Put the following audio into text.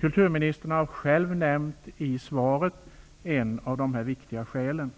Kulturministern har själv nämnt i sitt svar ett av de viktiga skälen.